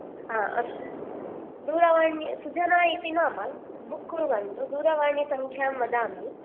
आ अस्तु दूरवाण्या सुजना इति नाम बुक् कुर्वन्तु दूरवाणीसंख्यां वदामि